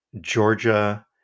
Georgia